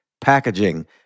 Packaging